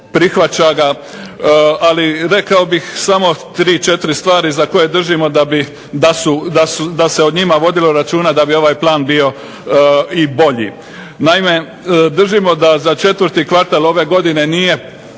prihvaća ga, ali rekao bih samo tri četiri stvari za koje držimo da se o njima vodilo računa da bi ovaj plan bio i bolji. Naime, držimo da za 4. kvartal ove godine nije